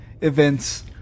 events